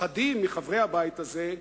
אחדים מחברי הבית הזה,